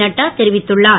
நட்டா தெரிவித்துள்ளார்